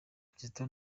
kizito